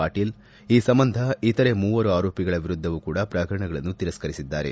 ಪಾಟೀಲ್ ಈ ಸಂಬಂಧ ಇತರೆ ಮೂವರು ಆರೋಪಿಗಳ ವಿರುದ್ದದ ಪ್ರಕರಣಗಳನ್ನೂ ತಿರಸ್ತರಿಸಿದ್ದಾರೆ